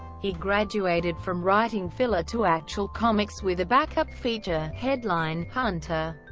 he graduated from writing filler to actual comics with a backup feature, headline hunter,